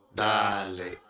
dale